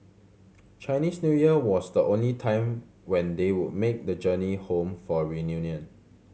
Chinese New Year was the only time when they would make the journey home for a reunion